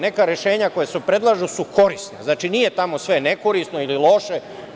Neka rešenja koja se predlažu su korisna, znači nije tamo sve nekorisno ili loše.